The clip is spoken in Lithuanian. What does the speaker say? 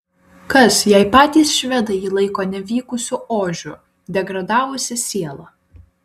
kas jei patys švedai jį laiko nevykusiu ožiu degradavusia siela